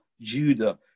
Judah